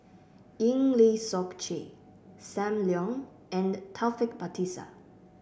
Eng Lee Seok Chee Sam Leong and Taufik Batisah